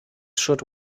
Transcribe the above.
should